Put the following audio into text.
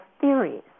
theories